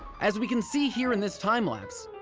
as we can see here in this time-lapse,